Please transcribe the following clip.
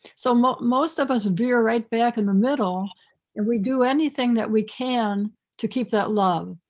so most most of us veer right back in the middle and we do anything that we can to keep that love.